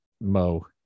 Mo